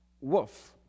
Wolf